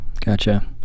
Gotcha